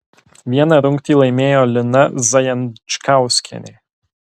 vieną rungtį laimėjo lina zajančkauskienė